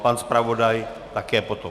Pan zpravodaj také potom.